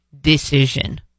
decision